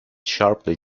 sharply